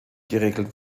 geregelt